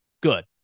Good